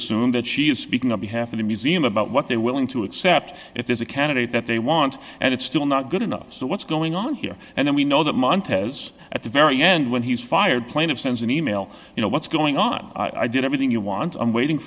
assume that she is speaking on behalf of the museum about what they're willing to accept if there's a candidate that they want and it's still not good enough so what's going on here and then we know that montana's at the very end when he was fired plaintiff sends an e mail you know what's going on i did everything you want i'm waiting